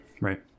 right